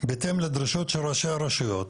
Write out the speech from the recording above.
בהתאם לדרישות של ראשי הרשויות,